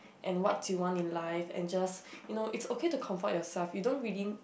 and what you want in life and just you know it's okay to comfort yourself you don't really